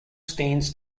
stands